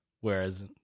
whereas